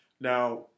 Now